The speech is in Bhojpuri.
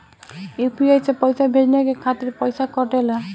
यू.पी.आई से पइसा भेजने के खातिर पईसा कटेला?